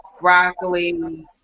broccoli